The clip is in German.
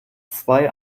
zwei